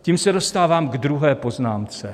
Tím se dostávám ke druhé poznámce.